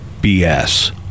BS